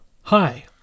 hi